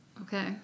Okay